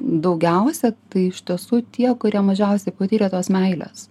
daugiausia tai iš tiesų tie kurie mažiausiai patyrė tos meilės